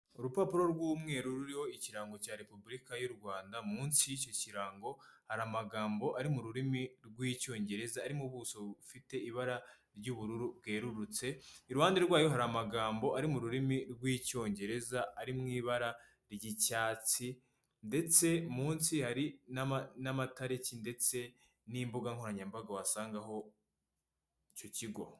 Urupapuro rw'umweru ruriho ikirango cya repubulika y'u Rwanda, munsi y'icyo kirango hari amagambo ari mu rurimi rw'icyongereza, ari mu buso bufite ibara ry'ubururu bwerurutse, iruhande rwayo hari amagambo ari mu rurimi rw'icyongereza ari mu ibara ry'icyatsi ndetse munsi hari n'amatariki ndetse n'imbuga nkoranyambaga wasangaho icyo kigo.